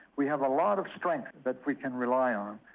we have a lot of strength that we can rely on.